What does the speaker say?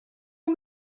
are